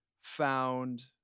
found